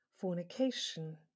fornication